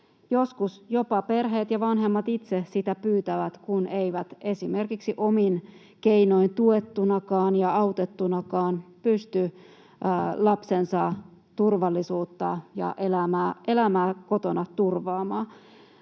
Joskus jopa perheet ja vanhemmat itse sitä pyytävät, kun eivät esimerkiksi omin keinoin tuettuinakaan ja autettuinakaan pysty lapsensa turvallisuutta ja elämää kotona turvaamaan.